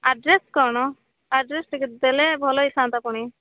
address କ'ଣ address ଟିକେ ଦେଲେ ଭଲ ହେଇଥାନ୍ତା ପୁଣି